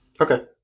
Okay